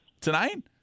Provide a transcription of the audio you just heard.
tonight